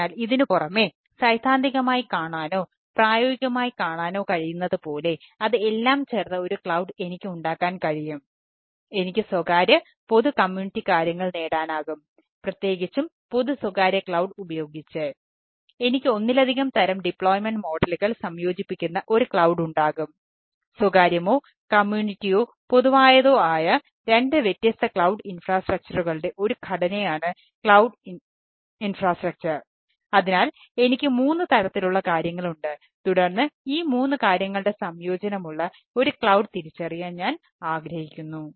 അതിനാൽ ഇതിനുപുറമെ സൈദ്ധാന്തികമായി കാണാനോ പ്രായോഗികമായി കാണാനോ കഴിയുന്നതുപോലെ അത് എല്ലാം ചേർന്ന ഒരു ക്ലൌഡ് തിരിച്ചറിയാൻ ഞാൻ ആഗ്രഹിക്കുന്നു